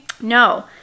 no